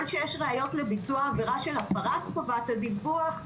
שיש ראיות לביצוע עבירה של הפרת חובת הדיווח,